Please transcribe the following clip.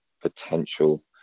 potential